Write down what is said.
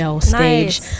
stage